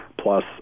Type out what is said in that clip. plus